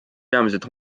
peamiselt